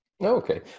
Okay